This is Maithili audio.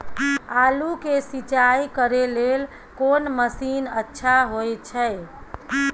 आलू के सिंचाई करे लेल कोन मसीन अच्छा होय छै?